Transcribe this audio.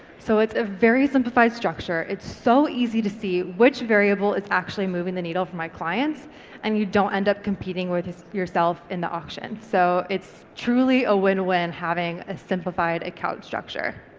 so it's a very simplified structure. it's so easy to see which variable is actually moving the needle for my clients and you don't end up competing with yourself in the auction, so it's truly a win-win having a simplified account structure.